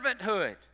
servanthood